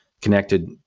connected